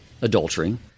adultery